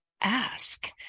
ask